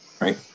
right